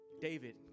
David